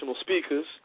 Speakers